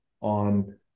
on